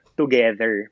together